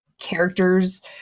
characters